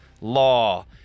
law